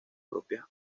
propias